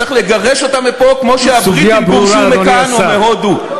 צריך לגרש אותם מפה כמו שהבריטים גורשו מכאן או מהודו.